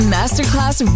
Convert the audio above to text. Masterclass